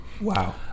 Wow